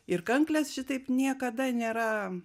ir kanklės šitaip niekada nėra